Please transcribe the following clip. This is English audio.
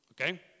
Okay